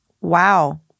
Wow